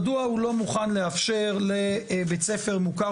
מדוע הוא לא מוכן לאפשר לבית ספר מוכר